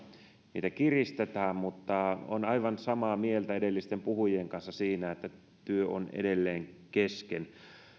niitä kiristetään mutta olen aivan samaa mieltä edellisten puhujien kanssa siinä että työ on edelleen kesken